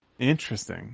Interesting